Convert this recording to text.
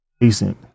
decent